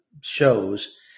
shows